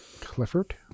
Clifford